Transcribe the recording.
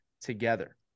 together